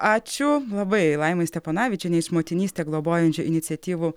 ačiū labai laimai steponavičienei iš motinystę globojančių iniciatyvų